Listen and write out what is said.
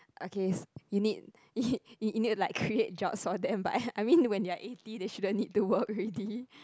okay you need you you need like create jobs for them but I I mean when you're eighty you shouldn't need to work already